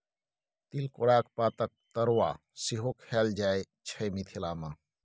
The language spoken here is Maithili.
तिलकोराक पातक तरुआ सेहो खएल जाइ छै मिथिला मे